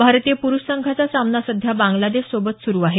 भारतीय पुरुष संघाचा सामना सध्या बांग्लादेशसोबत सुरु आहे